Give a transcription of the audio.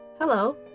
Hello